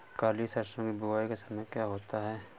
काली सरसो की बुवाई का समय क्या होता है?